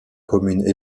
commune